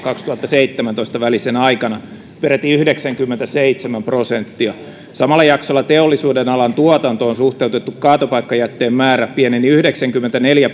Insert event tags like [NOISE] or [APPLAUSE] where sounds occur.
[UNINTELLIGIBLE] kaksituhattaseitsemäntoista välisenä aikana peräti yhdeksänkymmentäseitsemän prosenttia samalla jaksolla teollisuudenalan tuotantoon suhteutettu kaatopaikkajätteen määrä pieneni yhdeksänkymmentäneljä [UNINTELLIGIBLE]